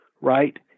right